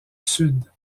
sud